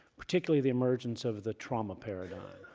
particularly the emergence of the trauma paradigm.